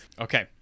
Okay